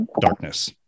darkness